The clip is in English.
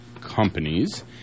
companies